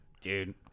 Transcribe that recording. Dude